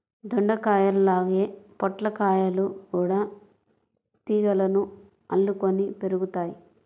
దొండకాయల్లాగే పొట్లకాయలు గూడా తీగలకు అల్లుకొని పెరుగుతయ్